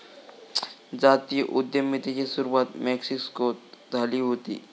जाती उद्यमितेची सुरवात मेक्सिकोत झाली हुती